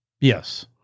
yes